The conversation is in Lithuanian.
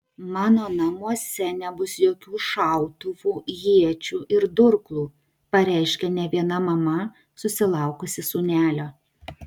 mano namuose nebus jokių šautuvų iečių ir durklų pareiškia ne viena mama susilaukusi sūnelio